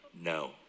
no